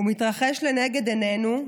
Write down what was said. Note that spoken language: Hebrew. הוא מתרחש לנגד עיניו,